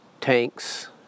tanks